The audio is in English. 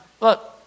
Look